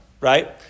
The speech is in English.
right